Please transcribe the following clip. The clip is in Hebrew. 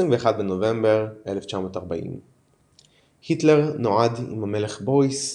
21 בנובמבר 1940 היטלר נועד עם המלך בוריס,